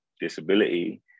disability